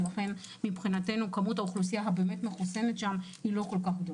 לכן מבחינתנו כמות האוכלוסייה המחוסנת שם היא לא גדולה כל כך.